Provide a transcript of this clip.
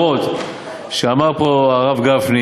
החמורות שאמר פה הרב גפני,